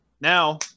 Now